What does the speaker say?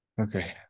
okay